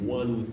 one